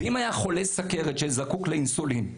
ואם היה חולה סוכרת שזקוק לאינסולין?